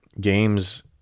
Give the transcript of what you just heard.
games